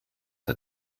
der